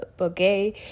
okay